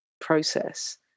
process